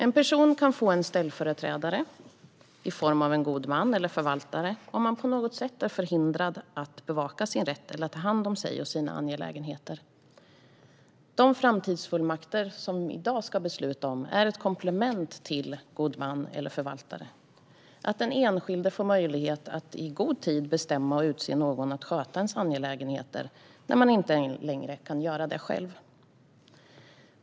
En person kan få en ställföreträdare i form av en god man eller förvaltare om man på något sätt är förhindrad att bevaka sin rätt eller ta hand om sig och sina angelägenheter. De framtidsfullmakter som vi i dag ska besluta om är ett komplement till god man eller förvaltare. Framtidsfullmakt innebär att den enskilde får möjlighet att i god tid bestämma och utse någon att sköta ens angelägenheter när man inte längre kan göra det själv.